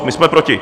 My jsme proti.